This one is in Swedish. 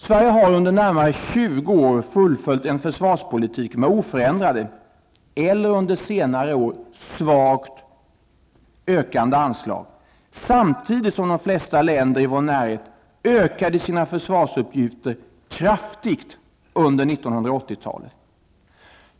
Sverige har under närmare 20 år fullföljt en försvarspolitik med oförändrade eller -- under senare år -- svagt ökande anslag, samtidigt som de flesta länder i vår närhet ökade sina försvarsutgifter kraftigt under 1980-talet.